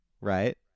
Right